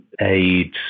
AIDS